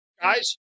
guys